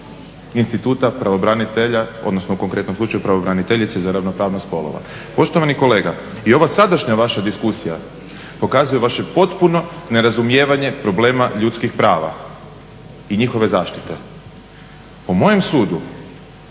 instituta pravobranitelja odnosno u konkretnom slučaju pravobraniteljice za ravnopravnost spolova. Poštovani kolega, i ova sadašnja vaša diskusija pokazuje vaše potpuno nerazumijevanje problema ljudskih prava i njihove zaštite. Po mojem sudu